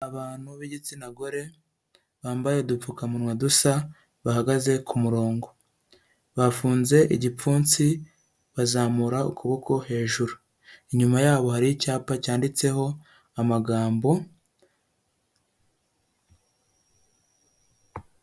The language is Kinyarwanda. Abantu b'igitsina gore bambaye udupfukamunwa dusa bahagaze ku murongo, bafunze igipfunsi bazamura ukuboko hejuru, inyuma yabo hari icyapa cyanditseho amagambo.